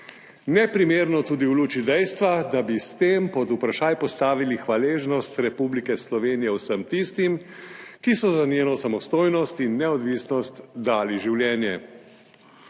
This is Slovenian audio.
neprimerno tudi v luči dejstva, da bi s tem pod vprašaj postavili hvaležnost Republike Slovenije vsem tistim, ki so za njeno samostojnost in neodvisnost dali življenje.